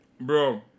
Bro